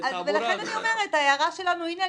תעבורה --- לכן אני אומרת שההערה שלנו הנה,